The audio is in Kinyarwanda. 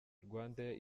rwandair